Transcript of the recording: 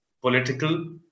political